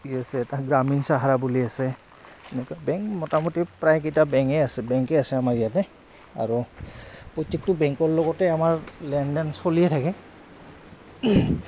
কি আছে এটা গ্ৰামীণ চাহাৰা বুলি আছে এনেকুৱা বেংক মোটামুটি প্ৰায়কেইটা বেংকেই আছে বেংকেই আছে আমাৰ ইয়াতে আৰু প্ৰত্যেকটো বেংকৰ লগতে আমাৰ লেনদেন চলিয়ে থাকে